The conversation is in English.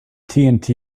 tnt